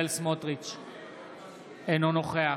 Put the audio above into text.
אינו נוכח